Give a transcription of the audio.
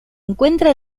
encuentra